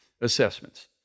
assessments